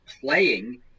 playing